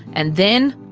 and then,